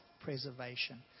preservation